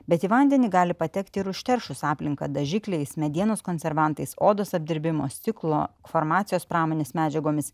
bet į vandenį gali patekti ir užteršus aplinką dažikliais medienos konservantais odos apdirbimo stiklo farmacijos pramonės medžiagomis